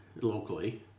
locally